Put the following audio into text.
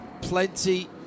plenty